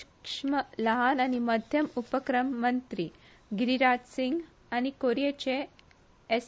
सुक्ष्म लहान आनी मध्यम उपक्रम मंत्री गिरीराज सिंग आनी कोरीयेचे एस